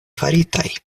faritaj